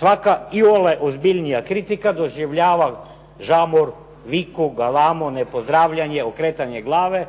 Svaka iole ozbiljnija kritika doživljava žamor, viku, galamu, nepozdravljanje, okretanje glave.